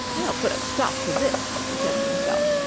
i'll put a stop to this she said to herself,